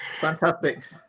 fantastic